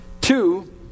Two